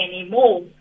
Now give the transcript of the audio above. anymore